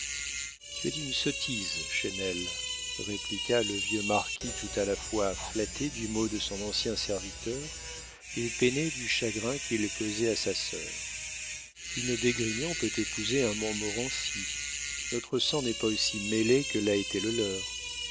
tu as dit une sottise chesnel répliqua le vieux marquis tout à la fois flatté du mot de son ancien serviteur et peiné du chagrin qu'il causait à sa sœur une d'esgrignon peut épouser un montmorency notre sang n'est pas aussi mêlé que l'a été le leur